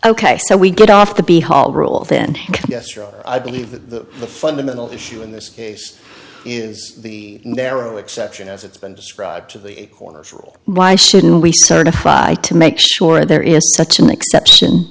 ok so we get off the be hauled rule then yes i believe that the fundamental issue in this case is the narrow exception as it's been described to the corner for all why shouldn't we certify to make sure that there is such an exception